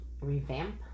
Revamp